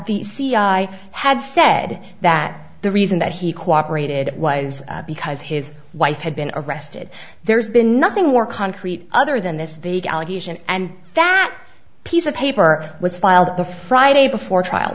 c i had said that the reason that he cooperated it was because his wife had been arrested there's been nothing more concrete other than this vague allegation and that piece of paper was filed at the friday before trial